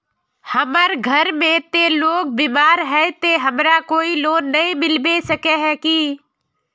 हमर घर में ते लोग बीमार है ते हमरा कोई लोन नय मिलबे सके है की?